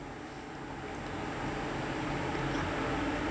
ya ya